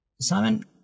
Simon